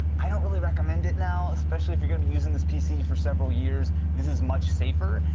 i don't really recommend it now especially if you're going to use in this pc for several years, this is much safer.